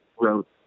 wrote